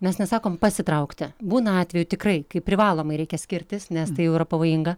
mes nesakom pasitraukti būna atvejų tikrai kaip privalomai reikia skirtis nes tai jau yra pavojinga